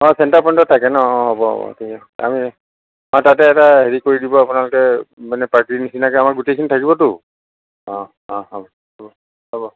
অ' চেণ্টাৰ পইণ্টত থাকে ন অ' হ'ব ঠিক আছে আমি তাতে এটা হেৰি কৰি দিব আপোনালোকে মানে পাৰ্টিৰ নিচিনাকে আমাৰ গোটেইখিনি থাকিবটো অ' অ' হ'ব হ'ব হ'ব